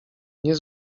nie